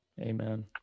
Amen